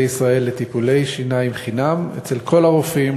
ישראל לטיפולי שיניים חינם אצל כל הרופאים,